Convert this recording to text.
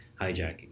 hijacking